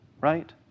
right